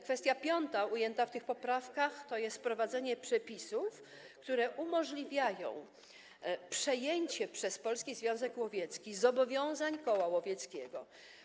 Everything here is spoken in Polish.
Kwestia piąta ujęta w tych poprawkach to jest wprowadzenie przepisów, które umożliwiają przejęcie przez Polski Związek Łowiecki zobowiązań koła łowieckiego.